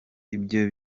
ibyo